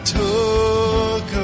took